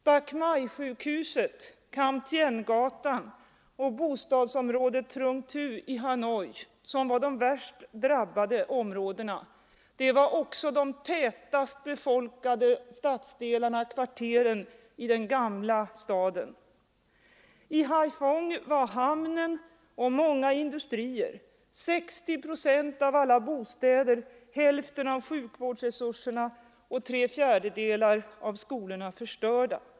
Bach Mai-sjukhuset, Cam Tien-gatan och bostadsområdet Trung Tu, som var de värst drabbade områdena i Hanoi, var också de tätast befolkade stadsdelarna och kvarteren i den gamla staden. I Haiphong var hamnen och många industrier, 60 procent av alla bostäder, hälften av sjukvårdsresurserna och tre fjärdedelar av skolorna förstörda.